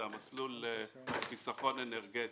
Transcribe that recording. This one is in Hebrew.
זה המסלול של חסכון אנרגטי.